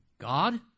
God